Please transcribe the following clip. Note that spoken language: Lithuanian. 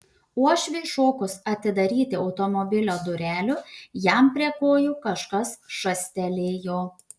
uošviui šokus atidaryti automobilio durelių jam prie kojų kažkas šastelėjo